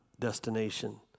destination